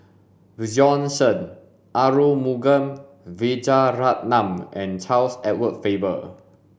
Bjorn Shen Arumugam Vijiaratnam and Charles Edward Faber